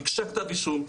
ביקשה כתב אישום,